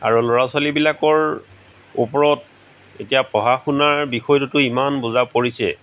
আৰু ল'ৰা ছোৱলীবিলাকৰ ওপৰত এতিয়া পঢ়া শুনাৰ বিষয়টোতো ইমান বোজা পৰিছে